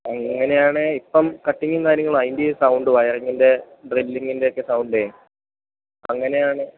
അങ്ങനെയാണേൽ ഇപ്പം കട്ടിങ്ങും കാര്യങ്ങളും അതിൻ്റെ ഈ സൗണ്ടും വയറിങ്ങിൻ്റെ ഡ്രില്ലിങ്ങിൻ്റെ ഒക്കെ സൗണ്ടേ അങ്ങനെയാണേൽ